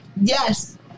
Yes